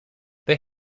they